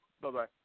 Bye-bye